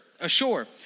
ashore